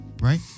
right